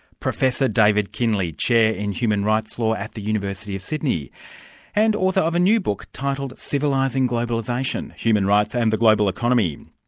professor david kinley, chair in human rights law at the university of sydney and author of a new book titled civilising globalisaton human rights and the global economy.